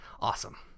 awesome